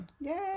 Yay